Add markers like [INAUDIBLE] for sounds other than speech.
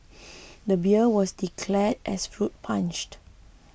[NOISE] the beer was declared as fruit punched